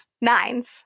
Nines